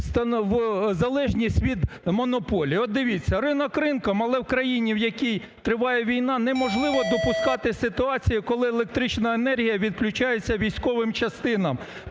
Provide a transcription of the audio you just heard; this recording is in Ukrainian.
в залежність від монополій. От, дивіться, ринок ринком, але в країні, в якій триває війна, неможливо допускати ситуацію, коли електрична енергія відключається військовим частинам,